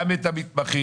גם את המתמחים,